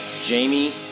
Jamie